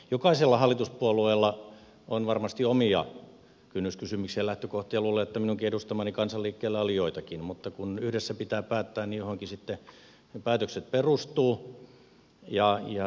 jokaisella hallituspuolueella on varmasti omia kynnyskysymyksiä ja lähtökohtia luulen että minunkin edustamallani kansanliikkeellä oli joitakin mutta kun yhdessä pitää päättää niin johonkin ne päätökset sitten perustuvat